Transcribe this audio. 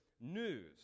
news